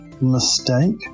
mistake